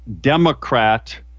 Democrat